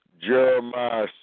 Jeremiah